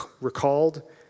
recalled